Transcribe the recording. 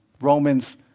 Romans